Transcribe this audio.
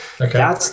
Okay